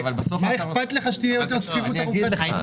מה אכפת לך שתהיה יותר שכירות ארוכת טווח?